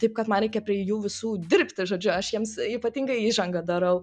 taip kad man reikia prie jų visų dirbti žodžiu aš jiems ypatingai įžangą darau